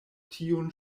tiun